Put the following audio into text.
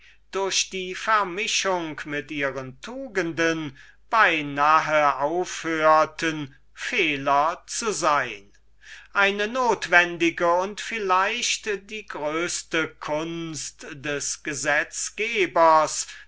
durch die vermischung mit ihren tugenden beinahe aufhörten fehler zu sein eine notwendige und vielleicht die größeste kunst eines gesetzgebers